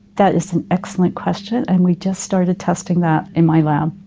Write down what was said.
that is an excellent question and we just started testing that in my lab.